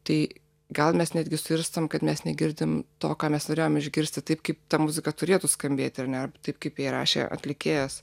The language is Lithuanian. tai gal mes netgi suirstam kad mes negirdim to ką mes norėjom išgirsti taip kaip ta muzika turėtų skambėt ar ne taip kaip ją įrašė atlikėjas